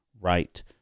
right